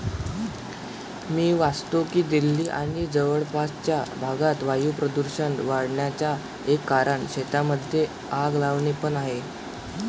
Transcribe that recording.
मी वाचतो की दिल्ली आणि जवळपासच्या भागात वायू प्रदूषण वाढन्याचा एक कारण शेतांमध्ये आग लावणे पण आहे